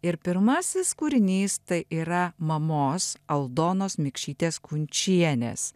ir pirmasis kūrinys tai yra mamos aldonos mikšytės kunčienės